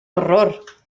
horror